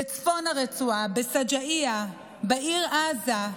בצפון הרצועה, בשג'אעיה, בעיר עזה,